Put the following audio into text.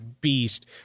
beast